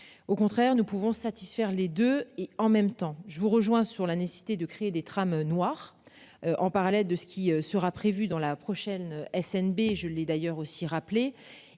au contraire, nous pouvons satisfaire les deux et en même temps, je vous rejoins sur la nécessité de créer des trams noir. En parallèle de ce qui sera prévu dans la prochaine SNB, je l'ai d'ailleurs aussi rappelé